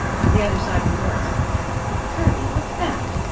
at the other side of the works kirby, what's that?